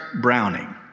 Browning